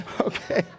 Okay